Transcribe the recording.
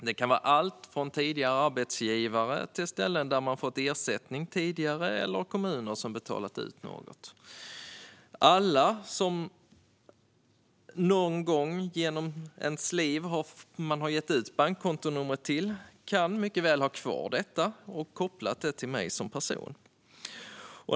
Det kan vara alltifrån tidigare arbetsgivare till ställen där man tidigare har fått ersättning eller kommuner som har betalat ut något till en. Alla som man någon gång i livet har gett sitt bankkontonummer till kan mycket väl ha kvar detta och ha det kopplat till en som person.